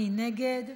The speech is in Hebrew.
מי נגד?